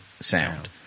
sound